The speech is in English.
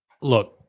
Look